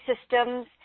systems